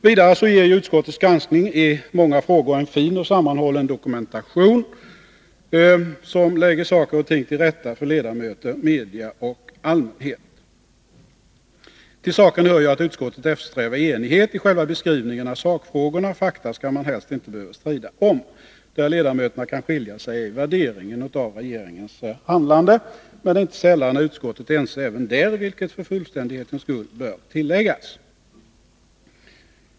Vidare ger utskottets granskning i många frågor en fin och sammanhållen dokumentation, som lägger saker och ting till rätta för ledamöter, media och allmänhet. Till saken hör att utskottet eftersträvar enighet i själva beskrivningen av sakfrågorna. Fakta skall man helst inte behöva strida om. Där ledamöterna kan skilja sig är i värderingen av regeringens agerande. Men inte sällan är utskottet ense även där, vilket för fullständighetens skull bör tilläggas.